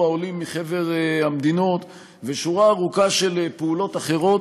העולים מחבר המדינות ושורה ארוכה של פעולות אחרות,